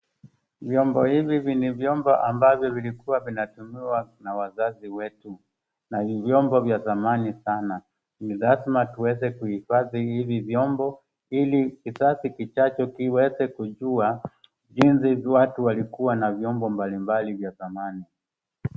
Vyombo hivi ni vyombo ambavyo vilikuwa vinatumiwa na wazazi wetu na ni vyombo vya zamani sana. Ni lazima tuweze kuhifadhi hivi vyombo ili kizazi kijacho kiweze kujia jinsi watu walikuwa na vyombo mbalimbali vya zamani.